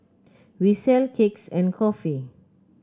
we sell cakes and coffee